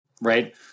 Right